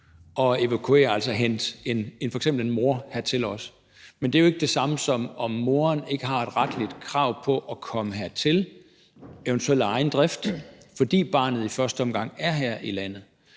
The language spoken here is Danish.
at evakuere, altså hente f.eks. en mor hertil også. Men det er jo ikke det samme, som at moderen ikke har et retligt krav på at komme hertil, eventuelt af egen drift, fordi barnet i første omgang er her i landet.